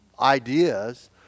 ideas